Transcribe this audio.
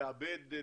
לעבד,